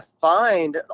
find